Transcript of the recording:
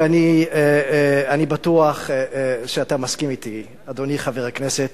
ואני בטוח שאתה מסכים אתי, אדוני חבר הכנסת.